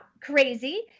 crazy